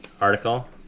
article